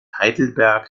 heidelberg